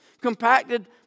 compacted